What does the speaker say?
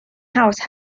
house